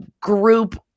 group